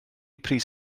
pris